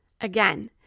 Again